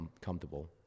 comfortable